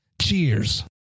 Cheers